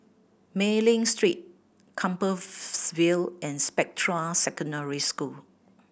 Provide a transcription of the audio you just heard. Mei Ling Street Compassvale and Spectra Secondary School